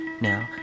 Now